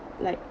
like